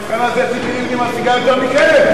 במבחן הזה ציפי לבני משיגה יותר מכם.